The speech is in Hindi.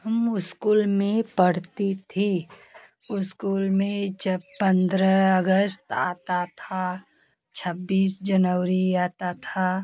हम स्कूल में पढ़ते थे स्कूल में जब पंद्रह अगस्त आता था छब्बीस जनवरी आता था